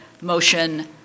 motion